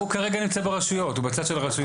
הוא כרגע נמצא ברשויות, הוא בצד של הרשויות.